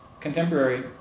contemporary